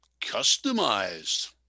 Customized